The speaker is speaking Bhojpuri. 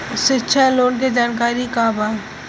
शिक्षा लोन के जानकारी का बा?